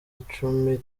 icumi